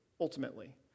ultimately